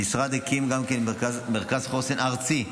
המשרד הקים גם משרד חוסן ארצי,